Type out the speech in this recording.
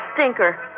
stinker